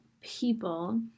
people